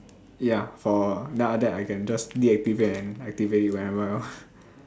ya for then after that I can just deactivate and activate it whenever I want